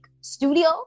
studio